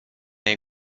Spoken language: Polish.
jej